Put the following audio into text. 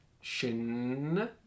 Shin